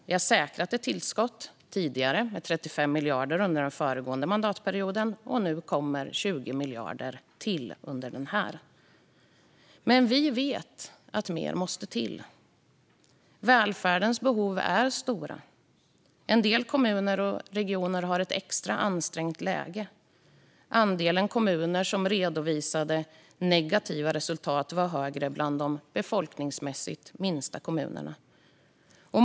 Vi har tidigare säkrat ett tillskott med 35 miljarder under den föregående mandatperioden, och nu kommer 20 miljarder till under denna. Men vi vet att mer måste till. Välfärdens behov är stora. En del kommuner och regioner har ett extra ansträngt läge. Andelen kommuner som redovisade negativa resultat var större bland de befolkningsmässigt minsta kommunerna.